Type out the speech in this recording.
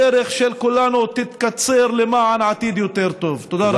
הדרך של כולנו למען עתיד יותר טוב תתקצר.